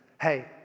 Hey